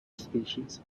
species